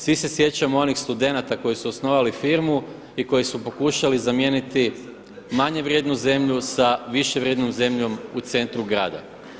Svi se sjećamo onih studenata koji su osnovali firmu i koji su pokušali zamijeniti manje vrijednu zemlju sa više vrijednom zemljom u centru grada.